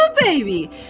baby